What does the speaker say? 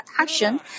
action